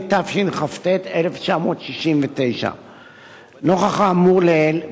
התשכ"ט 1969. לנוכח האמור לעיל,